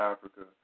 Africa